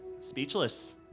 speechless